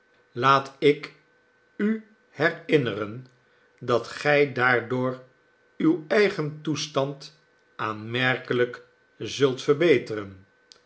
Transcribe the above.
laat ik u herinneren dat gij daardoor uw eigen toestand aanmerkelijk zult verbeteren